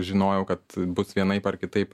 žinojau kad bus vienaip ar kitaip